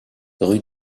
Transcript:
rue